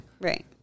Right